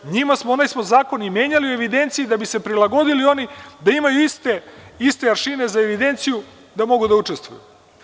Onaj smo zakon i menjali u evidenciji da bi se prilagodili oni da imaju iste aršine za evidenciju da mogu da učestvuju.